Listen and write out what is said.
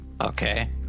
Okay